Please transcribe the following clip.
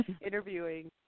interviewing